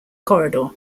corridor